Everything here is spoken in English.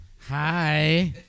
Hi